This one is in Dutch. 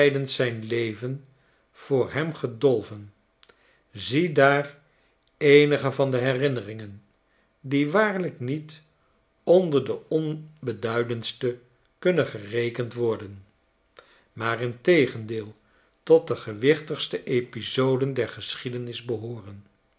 zijn leven voor hem gedolven ziedaar eenige van de herinneringen die waarlijk niet onder de onbeduidendste kunnen gerekend worden maar integendeel tot de gewichtigste episoden der geschiedenis behooren